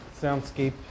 soundscape